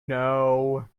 know